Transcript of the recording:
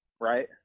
right